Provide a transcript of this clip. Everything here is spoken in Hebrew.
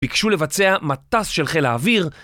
ביקשו לבצע מטס של חיל לאוויר